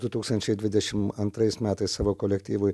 du tūkstančiai dvidešim antrais metais savo kolektyvui